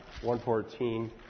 1.14